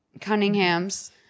Cunninghams